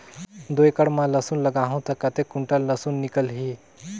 दो एकड़ मां लसुन लगाहूं ता कतेक कुंटल लसुन निकल ही?